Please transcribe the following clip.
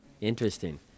Interesting